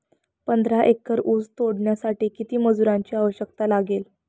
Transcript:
पंधरा एकर ऊस तोडण्यासाठी किती मजुरांची आवश्यकता लागेल?